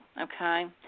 okay